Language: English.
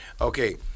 Okay